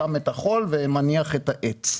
שם את החול ומניח את העץ.